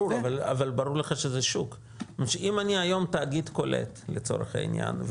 אבל ברור לך שזה שוק כי אם אני היום תאגיד קולט לצורך העניין,